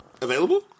Available